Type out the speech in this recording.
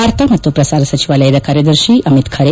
ವಾರ್ತಾ ಮತ್ತು ಪ್ರಸಾರ ಸಚಿವಾಲಯದ ಕಾರ್ಯದರ್ಶಿ ಅಮಿತ್ ಖರೆ